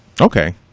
Okay